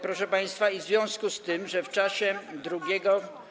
Proszę państwa, w związku z tym, że w czasie drugiego.